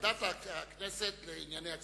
ועדה של הכנסת לענייני הכספים.